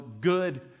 good